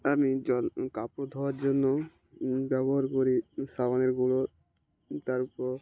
আমি জল কাপড় ধোয়ার জন্য ব্যবহার করি সাবানের গুঁড়ো তারপর